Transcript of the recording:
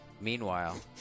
Meanwhile